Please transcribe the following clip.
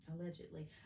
Allegedly